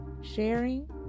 sharing